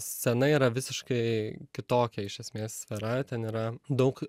scena yra visiškai kitokia iš esmės yra ten yra daug